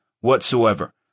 whatsoever